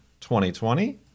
2020